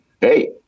Hey